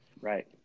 Right